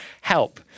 Help